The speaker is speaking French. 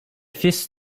fils